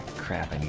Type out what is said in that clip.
crap